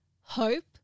hope